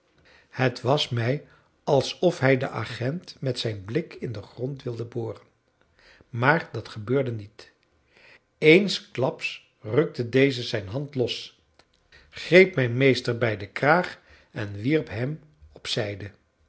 het was mij alsof hij den agent met zijn blik in den grond wilde boren maar dat gebeurde niet eensklaps rukte deze zijn hand los greep mijn meester bij den kraag en wierp hem op zijde